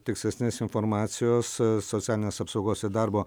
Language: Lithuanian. tikslesnės informacijos socialinės apsaugos ir darbo